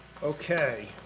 okay